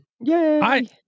Yay